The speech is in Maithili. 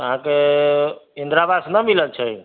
अहाँके ईन्दिरा आवास न मिलल छै